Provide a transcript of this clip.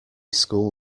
school